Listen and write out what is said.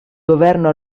governo